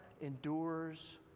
endures